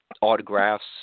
autographs